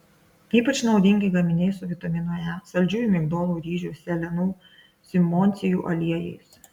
ypač naudingi gaminiai su vitaminu e saldžiųjų migdolų ryžių sėlenų simondsijų aliejais